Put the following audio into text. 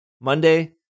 Monday